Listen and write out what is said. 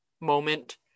moment